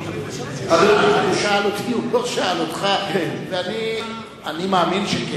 הוא שאל אותי, הוא לא שאל אותך, ואני מאמין שכן.